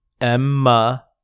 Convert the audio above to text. Emma